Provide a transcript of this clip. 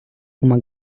uma